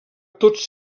tots